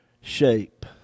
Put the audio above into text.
shape